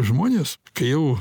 žmonės kai jau